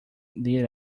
lead